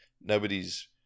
Nobody's